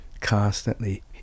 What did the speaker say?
Constantly